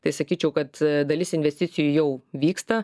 tai sakyčiau kad dalis investicijų jau vyksta